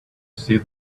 see